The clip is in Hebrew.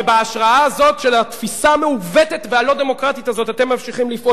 ובהשראה הזאת של התפיסה המעוותת והלא-דמוקרטית הזאת אתם ממשיכים לפעול.